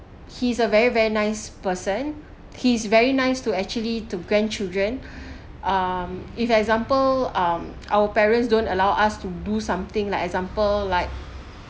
he's a very very nice person he's very nice to actually to grandchildren um if example um our parents don't allow us to do something like example like